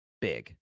big